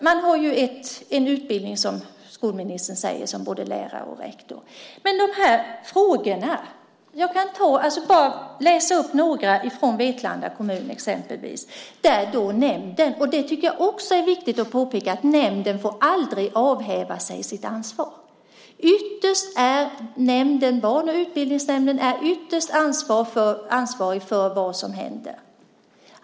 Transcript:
Man har en utbildning, som skolministern säger, som lärare och som rektor. Jag kan läsa upp några punkter från Vetlanda kommun. Nämnden får aldrig - och det tycker jag också är viktigt att påpeka - avhända sig sitt ansvar. Ytterst är barn och utbildningsnämnden ansvarig för vad som händer.